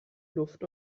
luft